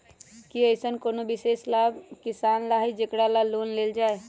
कि अईसन कोनो विशेष लाभ किसान ला हई जेकरा ला लोन लेल जाए?